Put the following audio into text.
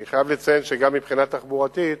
אני חייב לציין שגם מבחינה תחבורתית,